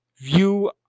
view